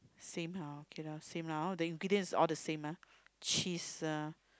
same ah okay lah same lah hor the ingredients are all the same ah cheese ah